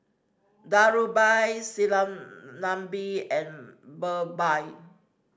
Dhirubhai Sinnathamby and Birbal